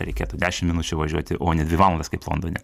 reikėtų dešim minučių važiuoti o ne dvi valandas kaip londone